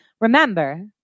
remember